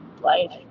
life